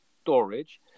storage